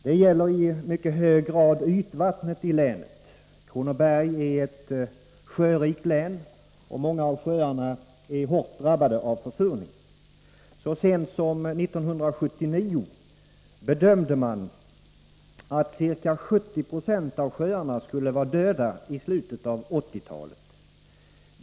Det gäller i mycket hög grad ytvattnet i länet. Kronoberg är ett sjörikt län, och många av sjöarna är hårt drabbade av försurning. Så sent som 1979 bedömde man att ca 70 90 av sjöarna skulle vara döda i slutet av 1980-talet.